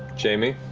jamie.